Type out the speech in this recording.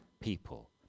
people